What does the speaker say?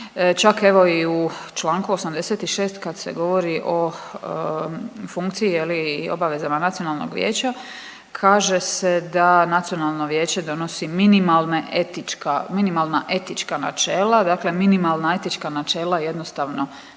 Čak evo i u Članku 86. kad se govori o funkciji je li i obavezama nacionalnog vijeća kaže se da nacionalno vijeće donosi minimalne etička, minimalna etička načela, dakle minimalna etička načela jednostavno